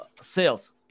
sales